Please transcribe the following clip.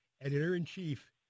Editor-in-Chief